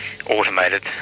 automated